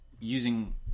using